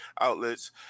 outlets